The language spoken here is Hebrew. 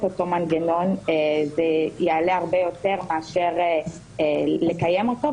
אותו מנגנון זה יעלה הרבה יותר מאשר לקיים אותו,